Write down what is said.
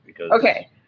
Okay